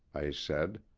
i said.